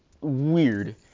weird